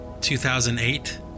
2008